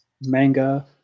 Manga